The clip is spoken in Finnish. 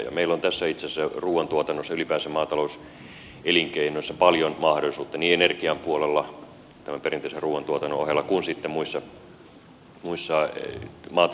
meillä on tässä itse asiassa ruuantuotannossa ylipäänsä maatalouselinkeinossa paljon mahdollisuutta niin energian puolella tämän perinteisen ruuantuotannon ohella kuin sitten muissa maataloutta tukevissa elinkeinoissa